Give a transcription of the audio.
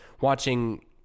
watching